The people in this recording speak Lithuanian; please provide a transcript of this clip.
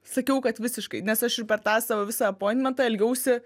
sakiau kad visiškai nes aš per tą savo visą apintmentą elgiausi